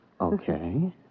Okay